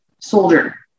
soldier